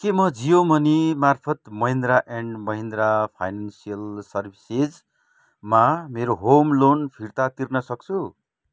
के म जियो मनी मार्फत महिन्द्रा एन्ड महिन्द्रा फाइनान्सियल सर्भिसेजमा मेरो होम लोन फिर्ता तिर्न सक्छु